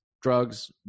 drugs